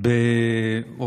או